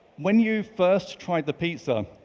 when you first tried the pizza,